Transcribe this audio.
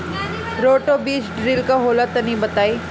Roto बीज drill का होला तनि बताई?